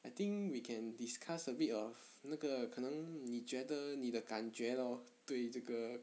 I think we can discuss a bit of 那个可能你觉得你的感觉 lor 对这个